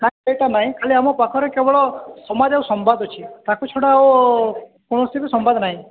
ସେଇଟା ନାଇଁ ଖାଲି ଆମ ପାଖରେ କେବଳ ସମାଜ ଆଉ ସମ୍ବାଦ ଅଛି ତାକୁ ଛଡ଼ା ଆଉ କୌଣସି ବି ସମ୍ବାଦ ନାହିଁ